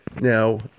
Now